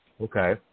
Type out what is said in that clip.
Okay